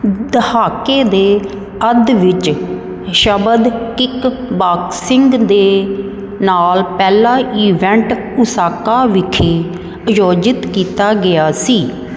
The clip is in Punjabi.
ਦਹਾਕੇ ਦੇ ਅੱਧ ਵਿੱਚ ਸ਼ਬਦ ਕਿੱਕ ਬਾਕਸਿੰਗ ਦੇ ਨਾਲ ਪਹਿਲਾ ਈਵੈਂਟ ਓਸਾਕਾ ਵਿਖੇ ਆਯੋਜਿਤ ਕੀਤਾ ਗਿਆ ਸੀ